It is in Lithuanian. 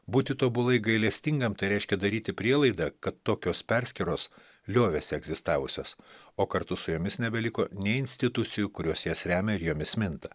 būti tobulai gailestingam tai reiškia daryti prielaidą kad tokios perskyros liovėsi egzistavusios o kartu su jomis nebeliko nei institucijų kurios jas remia ir jomis minta